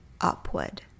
upward